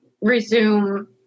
resume